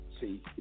See